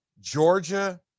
Georgia